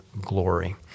glory